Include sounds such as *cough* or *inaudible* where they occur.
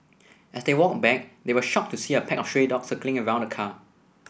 *noise* as they walked back they were shocked to see a *noise* pack stray dogs circling around the car